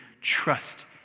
trust